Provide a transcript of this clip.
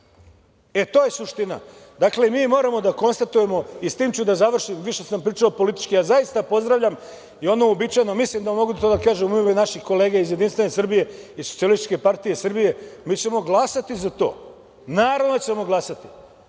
E, to je suština. Dakle, mi moramo da konstatujemo, i s tim ću da završim, više sam pričao politički, ja zaista pozdravljam i ono uobičajeno, mislim da mogu to da kažem u ime naših kolega iz JS i SPS, mi ćemo glasati za to. Naravno da ćemo glasati.